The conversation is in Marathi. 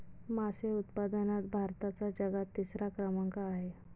मासे उत्पादनात भारताचा जगात तिसरा क्रमांक आहे